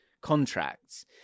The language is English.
contracts